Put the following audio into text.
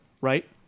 Right